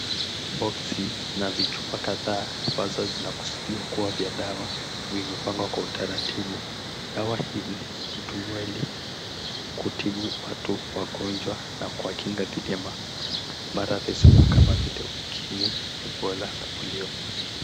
Boksi na vichupa kadhaa ambazo zinakusudiwa kuwa vya dawa vimepangwa kwa utaratibu. Dawa hizi hutumiwa kutibu wagonjwa na kuwakinga dhidi ya maradhi sugu kama vile Ukimwi, Ebola na Polio.